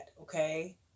okay